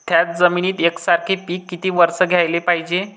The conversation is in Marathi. थ्याच जमिनीत यकसारखे पिकं किती वरसं घ्याले पायजे?